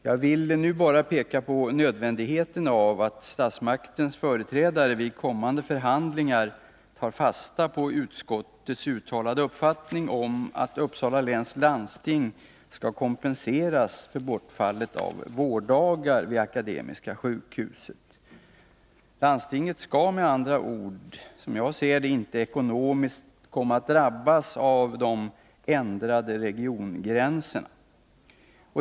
Jag vill nu bara peka på nödvändigheten av att statsmakternas företrädare vid kommande förhandlingar tar fasta på utskottets uttalade uppfattning om att Uppsala läns landsting skall kompenseras för bortfallet av vårddagar vid Akademiska sjukhuset. Landstinget skall med andra ord, som jag ser det, inte ekonomiskt komma att drabbas av de ändrade regiongränserna.